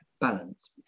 balance